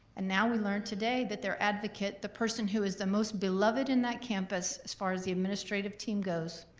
and now we learn today that their advocate, the person who is the most beloved in that campus as far as the administrative team goes,